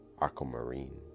aquamarine